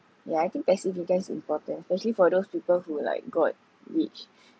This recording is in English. yeah I think passive income is important especially for those people who like got rich